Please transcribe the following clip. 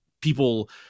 people